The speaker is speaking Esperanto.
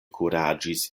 kuraĝis